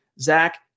Zach